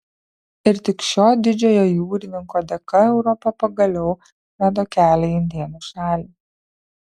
ir tik šio didžiojo jūrininko dėka europa pagaliau rado kelią į indėnų šalį